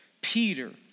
Peter